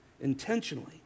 intentionally